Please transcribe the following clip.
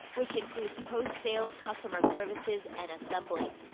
which includes post-sales customer services and assembling.